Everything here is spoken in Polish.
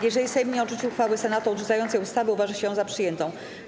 Jeżeli Sejm nie odrzuci uchwały Senatu odrzucającej ustawę, uważa się ją za przyjętą.